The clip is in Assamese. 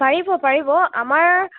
পাৰিব পাৰিব আমাৰ